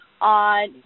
on